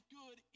good